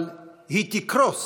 אבל היא תקרוס